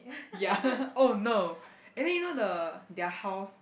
ya oh no and then you know the their house